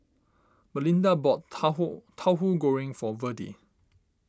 Malinda bought Tauhu Tauhu Goreng for Virdie